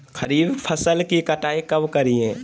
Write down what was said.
खरीफ फसल की कटाई कब करिये?